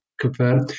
confirm